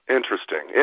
Interesting